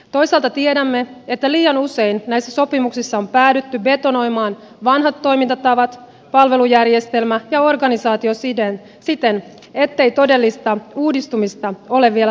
toisaalta tiedämme että liian usein näissä sopimuksissa on päädytty betonoimaan vanhat toimintatavat palvelujärjestelmä ja organisaatio siten ettei todellista uudistumista ole vielä saatu aikaan